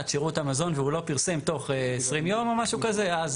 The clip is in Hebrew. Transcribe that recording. שירות המזון והוא לא פרסם תוך 20 יום או משהו כזה'.